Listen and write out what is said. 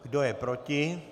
Kdo je proti?